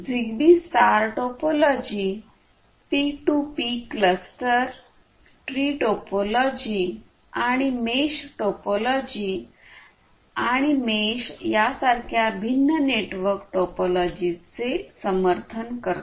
Zigbee star topology P 2 P cluster tree topology आणि mesh topology आणि mesh यासारख्या भिन्न नेटवर्क टोपोलॉजीजचे समर्थन करते